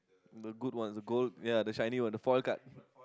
the good ones the gold ya the shiny one the foil cut